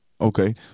Okay